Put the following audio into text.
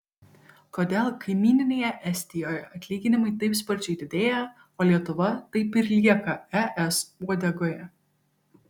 kodėl kaimynėje estijoje atlyginimai taip sparčiai didėja o lietuva taip ir lieka es uodegoje